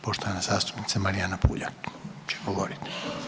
Poštovana zastupnica Marijana Puljak će govoriti.